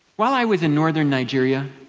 while i was in northern nigeria